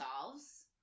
solves